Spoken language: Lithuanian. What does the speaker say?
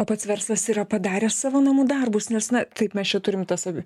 o pats verslas yra padaręs savo namų darbus nes na taip mes čia turim tas abi